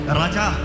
raja